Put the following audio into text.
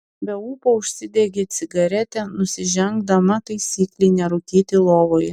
be ūpo užsidegė cigaretę nusižengdama taisyklei nerūkyti lovoje